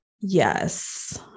Yes